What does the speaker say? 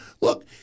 look